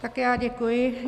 Tak já děkuji.